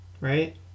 right